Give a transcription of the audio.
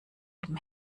dem